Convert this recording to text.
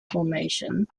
formation